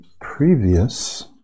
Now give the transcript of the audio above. previous